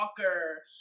Walker